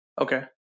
Okay